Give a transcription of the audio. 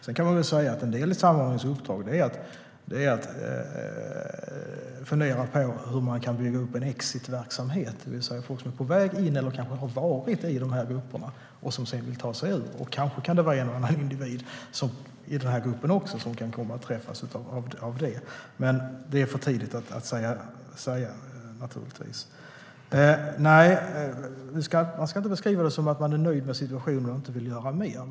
Sedan kan man säga att en del av samordnarens uppdrag är att fundera på hur man kan bygga upp en exitverksamhet för folk som är på väg in i eller kanske har varit i de här grupperna och sedan vill ta sig ur dem. Kanske kan det vara en eller annan individ också i denna grupp som kan komma att träffas av det. Men det är naturligtvis för tidigt att säga. Man ska inte beskriva det som att man är nöjd med situationen och inte vill göra mer.